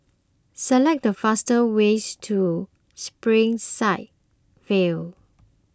select the fastest ways to Springside View